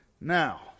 Now